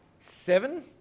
seven